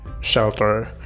shelter